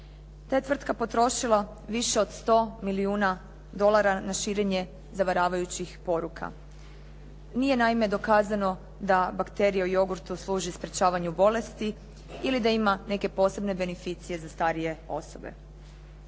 je tvrtka potrošila više od 100 milijuna dolara na širenje zavaravajućih poruka. Nije naime dokazano da bakterija u jogurtu služi sprečavanju bolesti ili da ima neke posebne beneficije za starije osobe.